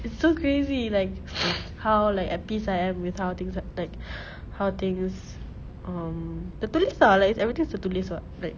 it's so crazy like how like at peace I am with how things ha~ like how things um tertulis ah lah like is everything tertulis [what] like